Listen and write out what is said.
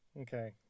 Okay